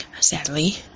sadly